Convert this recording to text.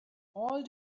all